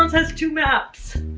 has two maps.